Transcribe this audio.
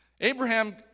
Abraham